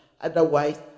otherwise